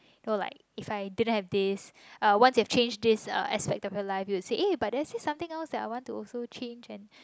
no like if I didn't have this uh once you've changed this uh aspect of your life you wuold say eh but there is something that I want to also change and